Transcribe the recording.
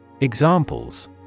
Examples